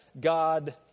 God